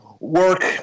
work